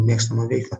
mėgstamą veiklą